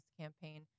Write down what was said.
campaign